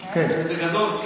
בגדול.